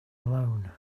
alone